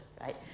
right